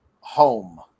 home